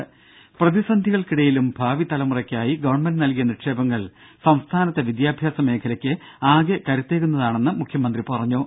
ദ്ദേ പ്രതിസന്ധികൾക്കിടയിലും ഭാവി തലമുറയ്ക്കായി ഗവൺമെന്റ് നൽകിയ നിക്ഷേപങ്ങൾ സംസ്ഥാനത്തെ വിദ്യാഭ്യാസ മേഖലയ്ക്ക് ആകെ കരുത്തേകുന്നതാണെന്ന് മുഖ്യമന്ത്രി പിണറായി വിജയൻ പറഞ്ഞു